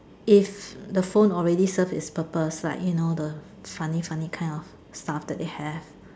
if the phone already serve its purpose you know the funny funny kind of stuff that they have